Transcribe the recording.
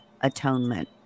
atonement